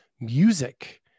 Music